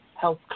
health